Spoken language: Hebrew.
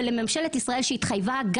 ולממשלת ישראל שהתחייבה,